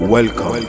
Welcome